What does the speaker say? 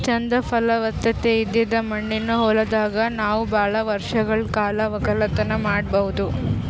ಚಂದ್ ಫಲವತ್ತತೆ ಇದ್ದಿದ್ ಮಣ್ಣಿನ ಹೊಲದಾಗ್ ನಾವ್ ಭಾಳ್ ವರ್ಷಗಳ್ ಕಾಲ ವಕ್ಕಲತನ್ ಮಾಡಬಹುದ್